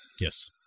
Yes